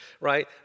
right